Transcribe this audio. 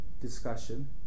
discussion